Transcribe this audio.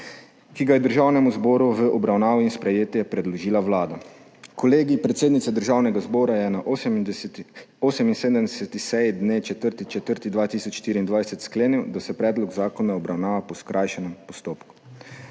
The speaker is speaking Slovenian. ki ga je Državnemu zboru v obravnavo in sprejetje predložila Vlada. Kolegij predsednice Državnega zbora je na 78. seji dne 4. 4. 2024 sklenil, da se predlog zakona obravnava po skrajšanem postopku.